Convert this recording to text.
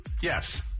Yes